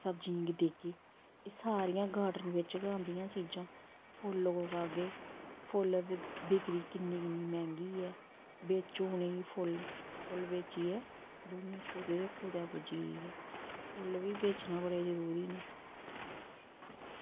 सब्ज़ियें गी देगे एह् सारियां गार्डन बिच्च गै होंदियां चीज़ां फुल्ल उगाह्गे फुल्ल दी बिक्री किन्नी किन्नी मैंह्गी ऐ बेची उ'नेंगी फुल्ल फुल्ल बेचियै दुनिया कुदै दे कुदै पुज्जी गेई आ फुल्ल बी बेचना बड़े जरूरी न